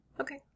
Okay